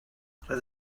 roedd